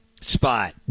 spot